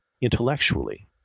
intellectually